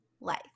life